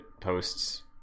posts